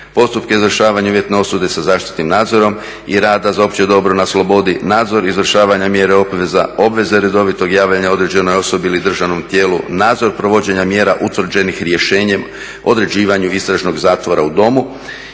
postupke izvršavanja uvjetne osude sa zaštitnim nadzorom i rada za opće dobro na slobodi, nadzor izvršavanja mjera obveza, obveze redovitog javljanja određenoj osobi ili državnom tijelu, nadzor provođenja mjera utvrđenih rješenjem određivanju istražnog zatvora u domu,